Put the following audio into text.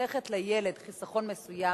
חוסכת לילד חיסכון מסוים,